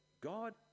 god